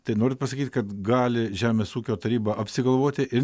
tai norit pasakyti kad gali žemės ūkio taryba apsigalvoti ir